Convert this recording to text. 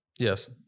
Yes